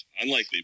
unlikely